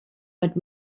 but